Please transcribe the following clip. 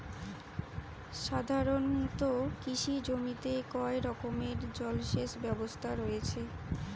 সাধারণত কৃষি জমিতে কয় রকমের জল সেচ ব্যবস্থা রয়েছে?